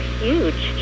huge